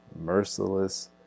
merciless